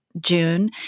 June